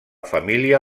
família